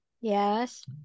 Yes